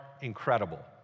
incredible